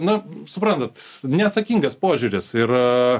na suprantat neatsakingas požiūris yra